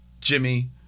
Jimmy